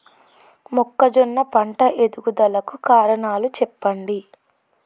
మొక్కజొన్న పంట ఎదుగుదల కు కారణాలు చెప్పండి?